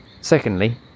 Secondly